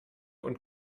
und